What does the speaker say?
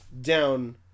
down